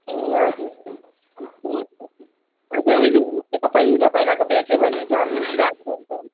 ए हजुर अझै उहिले उहिलेको पहिला पहिलाको बेच्यो झन् राम्रो नि त